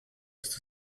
ist